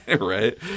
right